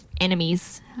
enemies